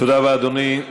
תודה רבה, אדוני.